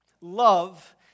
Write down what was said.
Love